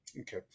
Okay